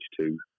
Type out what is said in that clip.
two